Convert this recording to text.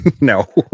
No